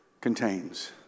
contains